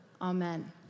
Amen